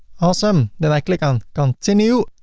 awesome! then i click on continue.